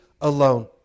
alone